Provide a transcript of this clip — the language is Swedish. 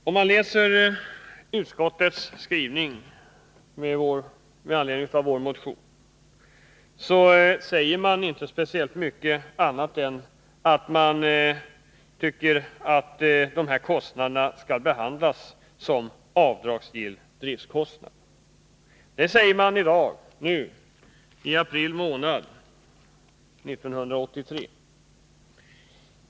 Om man läser utskottets skrivning med anledning av vår motion, finner man att utskottet inte säger speciellt mycket annat än att utskottet tycker att dessa kostnader skall behandlas som avdragsgill driftkostnad. Detta säger utskottet nu, i april månad 1983.